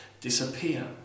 disappear